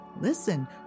listen